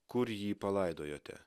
kur jį palaidojote